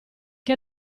che